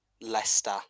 Leicester